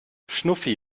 schnuffi